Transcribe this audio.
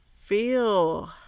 feel